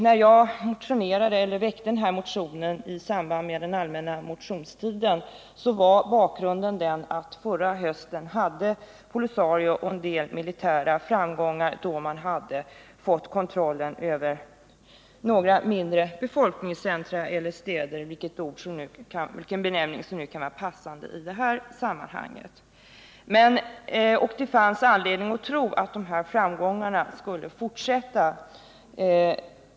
När jag väckte motionen under allmänna motionstiden var bakgrunden den, att POLISARIO förra hösten hade en del militära framgångar då man fick kontroll över några mindre befolkningscentra eller städer — vilken benämning som nu kan vara passande i sammanhanget. Det fanns anledning tro att dessa framgångar skulle fortsätta.